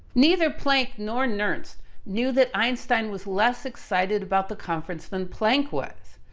neither planck nor nernst knew that einstein was less excited about the conference than planck was.